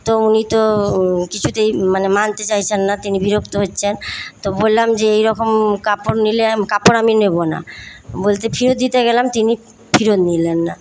তো উনি তো কিছুতেই মানে মানতে চাইছেন না তিনি বিরক্ত হচ্ছেন তো বললাম যে এইরকম কাপড় নিলে কাপড় আমি নেব না বলতে ফেরত দিতে গেলাম তিনি ফিরত নিলেন না